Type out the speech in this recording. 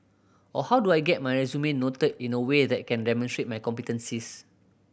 or how do I get my resume noted in a way that can demonstrate my competencies